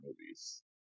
movies